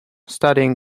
studying